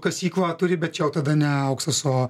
kasyklą turi bet jau tada ne auksas o